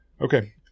Okay